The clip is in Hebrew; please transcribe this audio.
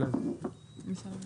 בסדר.